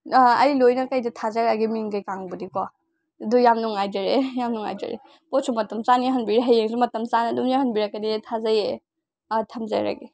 ꯑꯩ ꯂꯣꯏꯅ ꯀꯩꯗ ꯊꯥꯖꯔꯛꯑꯒꯦ ꯃꯤꯡ ꯀꯩꯀꯥꯡꯕꯨꯗꯤ ꯀꯣ ꯑꯗꯨ ꯌꯥꯝ ꯅꯨꯡꯉꯥꯏꯖꯔꯦ ꯌꯥꯝ ꯅꯨꯡꯉꯥꯏꯖꯔꯦ ꯄꯣꯠꯁꯨ ꯃꯇꯝ ꯆꯥꯅ ꯌꯧꯍꯟꯕꯤꯔꯦ ꯍꯌꯦꯡꯁꯨ ꯃꯇꯝ ꯆꯥꯅ ꯑꯗꯨꯝ ꯌꯧꯍꯟꯕꯤꯔꯛꯀꯅꯦ ꯊꯥꯖꯩꯑꯦ ꯑꯥ ꯊꯝꯖꯔꯒꯦ